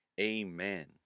Amen